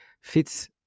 fits